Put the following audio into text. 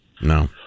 No